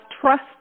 trust